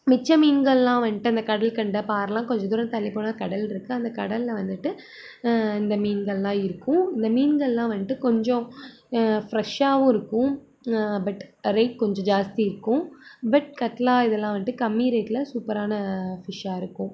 மிச்சம் மீன்கள்லாம் வந்துட்டு அந்த கடல்கண்டை பாறைலாம் கொஞ்சம் தூரம் தள்ளிபோனால் கடல் இருக்குது அந்த கடலில் வந்துவிட்டு இந்த மீன்கள்லாம் இருக்கும் இந்த மீன்கள்லாம் வந்துட்டு கொஞ்சம் ஃப்ரெஷ்ஷாகவும் இருக்கும் பட் ரேட் கொஞ்சம் ஜாஸ்தி இருக்கும் பட் கட்லா இதெல்லாம் வந்துட்டு கம்மி ரேட்டில் சூப்பரான ஃபிஷ்ஷாக இருக்கும்